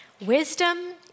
wisdom